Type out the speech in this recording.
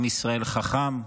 עם ישראל חכם,